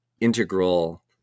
integral